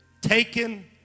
taken